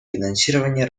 финансирования